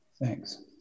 Thanks